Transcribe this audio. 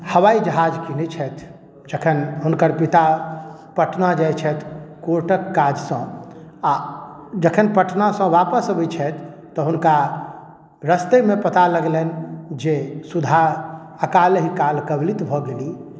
हवाईजहाज कीनै छथि जखन हुनकर पिता पटना जाइ छथि कोर्टक काजसँ आ जखन पटनासँ वापस अबै छथि तऽ हुनका रस्ते मे पता लगलनि जे सुधा अकाले ही काल कलवित भऽ गेली